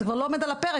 זה כבר לא עומד על הפרק,